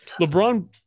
LeBron